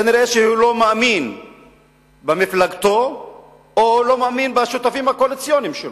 כנראה הוא לא מאמין במפלגתו או לא מאמין בשותפים הקואליציוניים שלו.